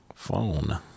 phone